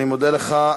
אני מודה לך.